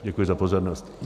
Děkuji za pozornost.